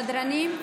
סדרנים.